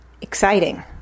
exciting